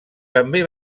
també